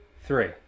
three